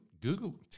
Google